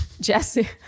Jesse